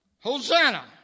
Hosanna